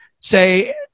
say